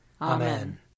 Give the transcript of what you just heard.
Amen